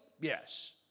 yes